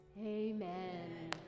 Amen